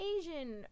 Asian